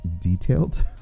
detailed